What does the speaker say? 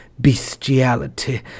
bestiality